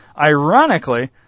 ironically